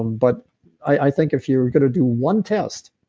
but i think if you're going to do one test,